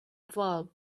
valve